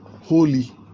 Holy